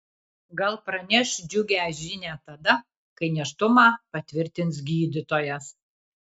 gal praneš džiugią žinią tada kai nėštumą patvirtins gydytojas